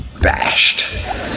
bashed